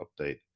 update